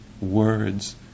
words